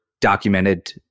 documented